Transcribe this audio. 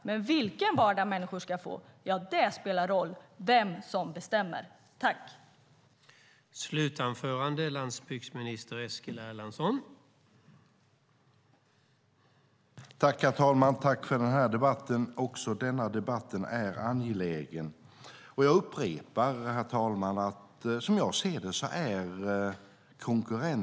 Men vem som bestämmer spelar roll för vilken vardag människor ska få.